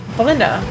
Belinda